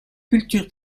culture